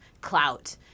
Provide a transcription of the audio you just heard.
clout